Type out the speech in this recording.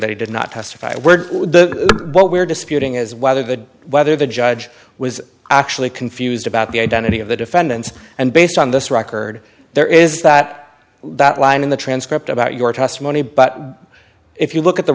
that he did not testify were what we're disputing is whether the whether the judge was actually confused about the identity of the defendants and based on this record there is that that line in the transcript about your testimony but if you look at the